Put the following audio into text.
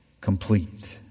complete